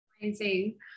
Amazing